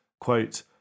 Quote